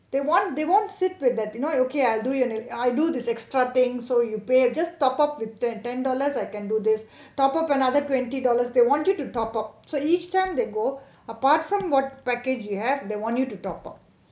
they want they won't sit with that you know it okay I'll do it I do this extra thing so you pay just top up with ten ten dollars I can do this top up another twenty dollars they want you to top up so each which one they go apart from what package you have they want you to top up